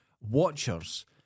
watchers